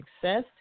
Success